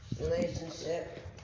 relationship